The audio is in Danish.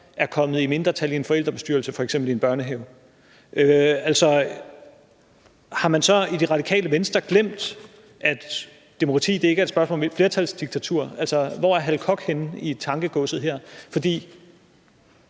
er kommet i mindretal i en forældrebestyrelse, f.eks. i en børnehave? Har man så i Det Radikale Venstre glemt, at demokrati ikke er et spørgsmål om flertalsdiktatur? Hvor er Hal Koch henne i tankegodset her? Flertallet